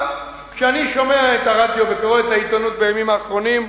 כשאני שומע את הרדיו וקורא את העיתונות בימים האחרונים,